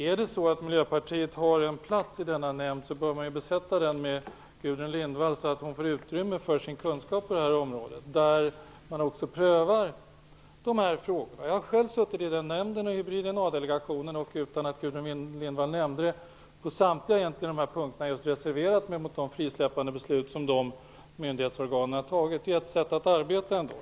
Är det så att Miljöpartiet har en plats i denna nämnd bör man besätta den med Gudrun Lindvall så att hon får utrymme för sin kunskap på det här området. Jag har själv suttit i den nämnden och i Hybrid-DNA-delegationen. Jag har, utan att Gudrun Lindvall nämnde det, på samtliga nu aktuella punkter reserverat mig mot de frisläppandebeslut som dessa myndighetsorgan har fattat. Det är ett sätt att arbeta.